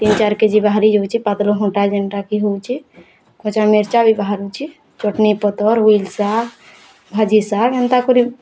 ତିନ୍ ଚାରି K G ବାହାରି ଯାଉଛେ ପାତଲ୍ ଘଣ୍ଟା ଯେନ୍ତାକି ହଉଛେ କନଚା ମିର୍ଚ୍ଚା ବି ବାହାରୁଛି ଚଟନି ପତର୍ ହୁଇଲ୍ ଶାଗ୍ ଭାଜିର୍ ଶାଗ୍ ଏନ୍ତା କରି